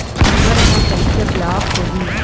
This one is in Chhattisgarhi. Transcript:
हमर ह कइसे ब्लॉक होही?